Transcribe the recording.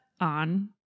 on